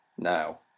Now